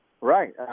Right